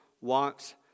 wants